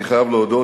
אני חייב להודות